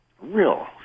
real